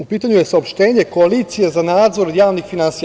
U pitanju je saopštenje Koalicije za nadzor javnih finansija.